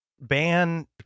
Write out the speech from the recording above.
ban